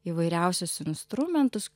įvairiausius instrumentus